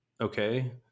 okay